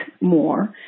more